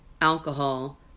alcohol